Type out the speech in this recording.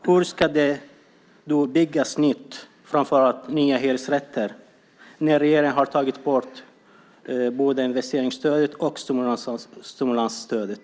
Hur ska det byggas nytt, framför allt nya hyresrätter, när regeringen har tagit bort både investeringsstödet och stimulansstödet?